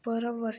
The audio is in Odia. ପରବର୍ତ୍ତୀ